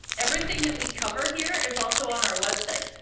everything that we cover here is also on our website,